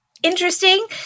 interesting